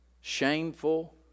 shameful